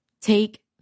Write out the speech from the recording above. Take